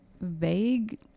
vague